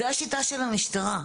זו השיטה של המשטרה,